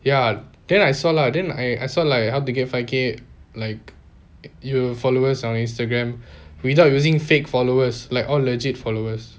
ya then I saw lah then I I sort like how to get five K like your followers on instagram without using fake followers like all legit followers